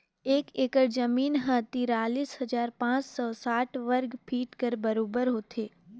एक एकड़ जमीन ह तिरालीस हजार पाँच सव साठ वर्ग फीट कर बरोबर होथे